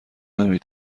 نمی